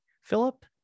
Philip